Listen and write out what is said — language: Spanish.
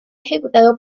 ejecutado